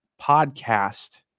podcast